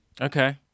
Okay